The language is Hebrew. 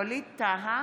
אינו נוכח ווליד טאהא,